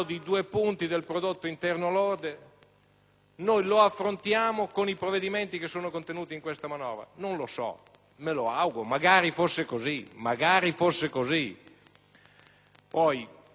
lordo lo affrontiamo con i provvedimenti contenuti in questa manovra? Non lo so, me lo auguro, magari fosse così. Gli entusiasti dipingono